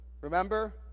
Remember